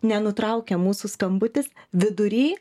nenutraukia mūsų skambutis vidury